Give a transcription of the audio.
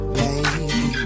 baby